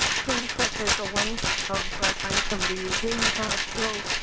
things such as the length of so ah time somebody is in the hospital,